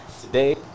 Today